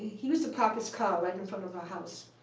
used to park his car right in front of our house.